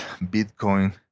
Bitcoin